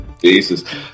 Jesus